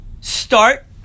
start